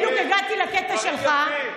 בדיוק הגעתי לקטע שלך.